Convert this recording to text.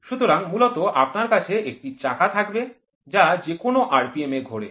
সুতরাং মূলত আপনার কাছে একটি চাকা থাকবে যা কোনও rpm এ ঘুরতে পারে